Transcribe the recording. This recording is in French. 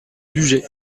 bugey